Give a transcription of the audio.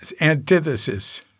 antithesis